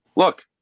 look